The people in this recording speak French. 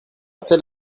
seul